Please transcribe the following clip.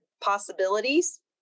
possibilities